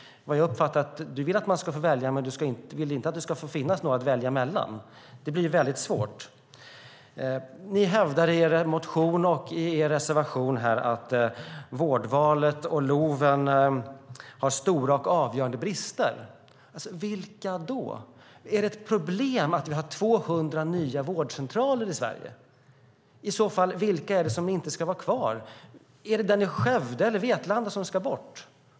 Jag uppfattar det som att du vill att man ska få välja, men du vill inte att det ska få finnas några att välja mellan. Det blir väldigt svårt. Ni hävdar i er motion och i er reservation att vårdvalet och LOV har stora och avgörande brister. Vilka är de bristerna? Är det ett problem att vi har 200 nya vårdcentraler i Sverige? Vilka är det i så fall som inte ska vara kvar? Är det den i Skövde eller den i Vetlanda som ska bort?